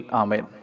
amen